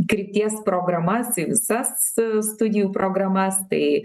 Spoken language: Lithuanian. krypties programas į visas studijų programas tai